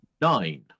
nine